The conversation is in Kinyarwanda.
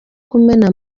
kumena